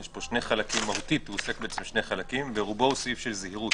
יש פה שני חלקים מהותית ברובו הוא סעיף של זהירות.